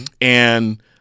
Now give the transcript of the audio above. And-